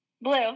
Blue